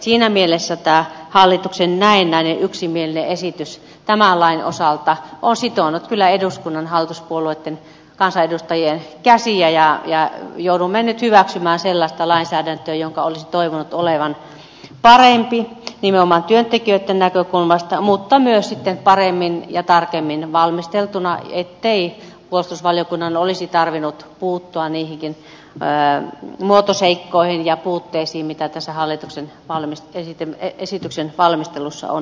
siinä mielessä tämä hallituksen näennäinen yksimielinen esitys tämän lain osalta on sitonut kyllä eduskunnan hallituspuolueitten kansanedustajien käsiä ja joudumme nyt hyväksymään sellaista lainsäädäntöä jonka olisi toivonut olevan parempi nimenomaan työntekijöitten näkökulmasta mutta myös sitten paremmin ja tarkemmin valmisteltuna ettei puolustusvaliokunnan olisi tarvinnut puuttua niihinkin muotoseikkoihin ja puutteisiin mitä tässä hallituksen esityksen valmistelussa on ollut